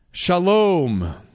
Shalom